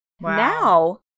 Now